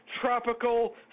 Tropical